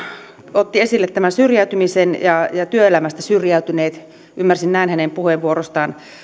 otti esille syrjäytymisen ja työelämästä syrjäytyneet ymmärsin näin hänen puheenvuorostaan